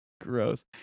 gross